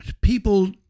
people